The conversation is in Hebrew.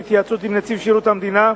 בהתייעצות עם נציב שירות המדינה,